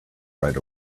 right